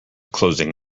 closing